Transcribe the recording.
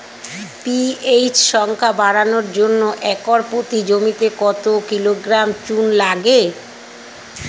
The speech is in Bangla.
পি.এইচ সংখ্যা বাড়ানোর জন্য একর প্রতি জমিতে কত কিলোগ্রাম চুন লাগে?